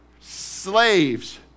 slaves